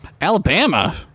Alabama